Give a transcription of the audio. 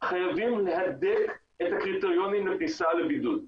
חייבים להדק את הקריטריונים לכניסה לבידוד.